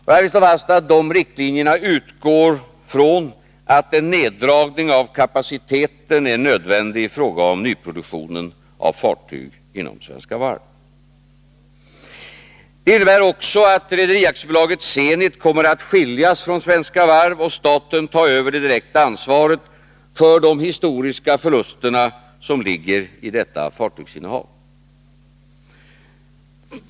Jag vill slå fast att dessa riktlinjer utgår från att en neddragning av kapaciteten är nödvändig i fråga om nyproduktionen av fartyg inom Svenska Varv. De innebär också att Rederi AB Zenit kommer att skiljas från Svenska Varv och staten ta över det direkta ansvaret för de historiska förluster som ligger i detta fartygsinnehav.